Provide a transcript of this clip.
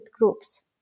Groups